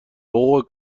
حقوق